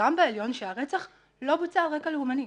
וגם בעליון שהרצח לא בוצע על רקע לאומני,